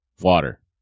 water